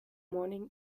morning